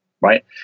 right